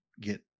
get